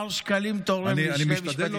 מר שקלים תורם לי שני משפטים.